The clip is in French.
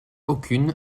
aucune